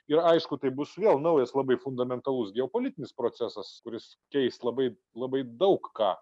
ir aišku tai bus vėl naujas labai fundamentalus geopolitinis procesas kuris keis labai labai daug ką